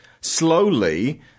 slowly